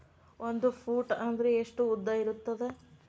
ಒಂದು ಫೂಟ್ ಅಂದ್ರೆ ಎಷ್ಟು ಉದ್ದ ಇರುತ್ತದ?